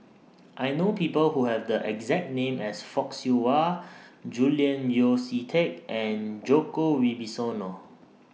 I know People Who Have The exact name as Fock Siew Wah Julian Yeo See Teck and Djoko Wibisono